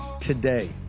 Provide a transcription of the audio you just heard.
today